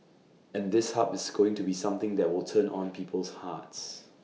and this hub is going to be something that will turn on people's hearts